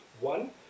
one